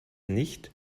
nicht